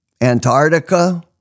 Antarctica